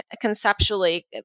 conceptually